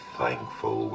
thankful